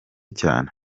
cyane